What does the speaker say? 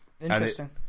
Interesting